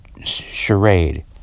charade